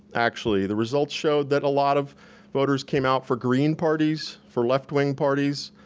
actually. the results showed that a lot of voters came out for green parties, for left-wing parties.